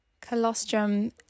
Colostrum